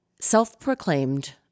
self-proclaimed